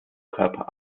körper